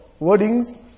wordings